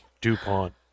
DuPont